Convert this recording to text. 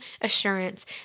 assurance